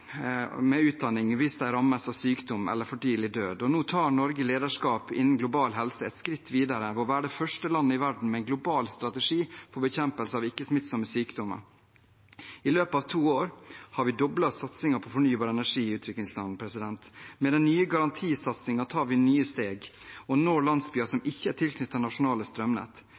med utdanning hvis de rammes av sykdom eller for tidlig død. Nå tar Norge lederskap innen global helse et skritt videre ved å være det første landet i verden med en global strategi for bekjempelse av ikke-smittsomme sykdommer. I løpet av to år har vi doblet satsingen på fornybar energi i utviklingsland. Med den nye garantisatsingen tar vi nye steg og når landsbyer som ikke er tilknyttet nasjonale strømnett.